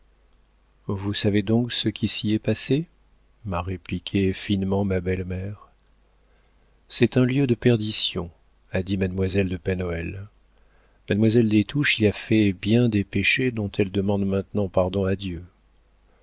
vous savez donc ce qui s'y est passé m'a répliqué finement ma belle-mère c'est un lieu de perdition a dit mademoiselle de pen hoël mademoiselle des touches y a fait bien des péchés dont elle demande maintenant pardon à dieu